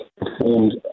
performed